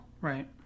Right